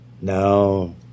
No